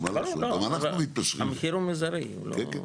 אבל לא ברור מדוע יש צורך בעוד הליך של הקלה כמותית,